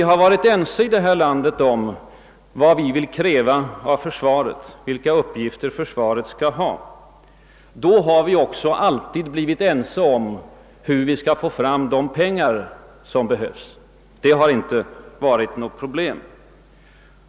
Då vi i detta land varit eniga om vad vi vill kräva av försvaret, vilka uppgifter försvaret skall ha, har vi således alltid blivit ense om hur vi skall få fram de pengar som behövs. Det har inte varit något problem.